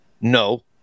No